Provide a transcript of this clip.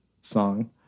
song